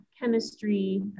chemistry